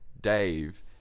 Dave